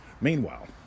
Meanwhile